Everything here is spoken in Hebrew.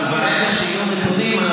אבל ברגע שיהיו נתונים,